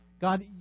God